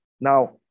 Now